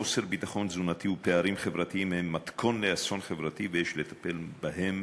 חוסר ביטחון תזונתי ופערים חברתיים הם מתכון לאסון חברתי ויש לטפל בהם